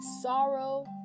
sorrow